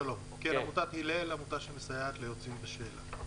אני מעמותת הילל שמסייעת ליוצאים בשאלה.